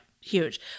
Huge